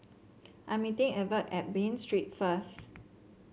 I'm meeting Evert at Bain Street first